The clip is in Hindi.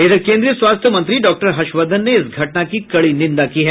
इधर केन्द्रीय स्वास्थ्य मंत्री डॉक्टर हर्षवर्धन ने इस घटना की कड़ी निंदा की है